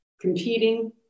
competing